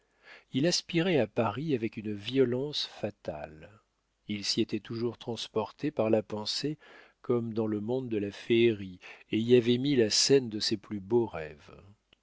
il aspirait à paris avec une violence fatale il s'y était toujours transporté par la pensée comme dans le monde de la féerie et y avait mis la scène de ses plus beaux rêves